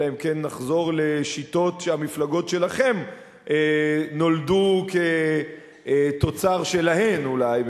אלא אם כן נחזור לשיטות שהמפלגות שלכם נולדו כתוצר שלהן אולי,